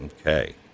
Okay